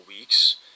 weeks